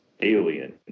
alien